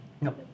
No